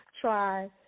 try